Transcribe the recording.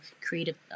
creative